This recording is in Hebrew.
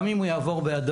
גם אם הוא יעבור באדום,